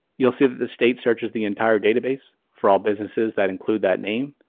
you'll see that the state searches the entire database for all businesses that include that name,